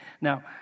Now